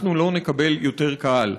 אנחנו לא נקבל יותר קהל.